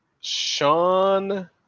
Sean